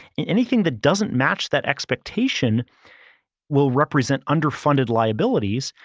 anything that doesn't match that expectation will represent underfunded liabilities.